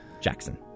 Jackson